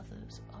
others